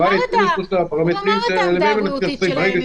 הוא אמר את העמדה הבריאותית שלהם.